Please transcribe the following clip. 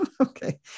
okay